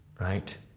right